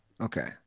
Okay